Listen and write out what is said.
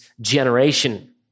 generation